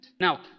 Now